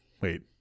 wait